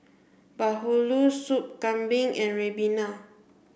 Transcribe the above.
Bahulu Soup Kambing and Ribena